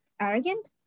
arrogant